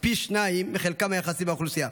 כפי-שניים מחלקם היחסי באוכלוסייה.